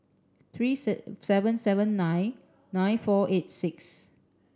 three seven seven nine nine four eight six